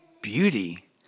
beauty